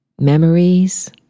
Memories